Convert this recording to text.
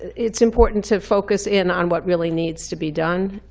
it's important to focus in on what really needs to be done.